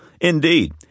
Indeed